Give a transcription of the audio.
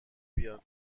بیاد